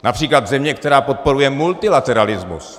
Například země, která podporuje multilateralismus.